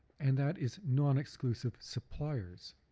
and that is non-exclusive suppliers.